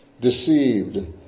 deceived